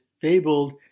fabled